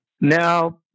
Now